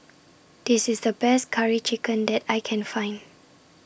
This IS The Best Curry Chicken that I Can Find